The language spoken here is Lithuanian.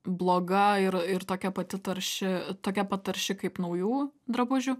bloga ir ir tokia pati tarši tokia pat tarši kaip naujų drabužių